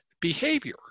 behavior